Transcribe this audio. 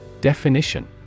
Definition